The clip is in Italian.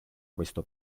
questo